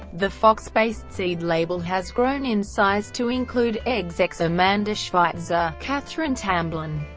the fox-based seed label has grown in size to include execs amanda schweitzer, kathryn tamblyn,